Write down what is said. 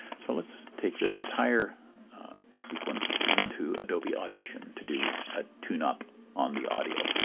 so let's take this entire sequence into adobe audition to do a tune-up on the audio.